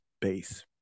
base